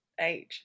age